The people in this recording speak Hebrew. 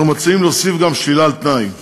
אנחנו מציעים גם להוסיף שלילה על-תנאי.